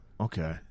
Okay